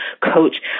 coach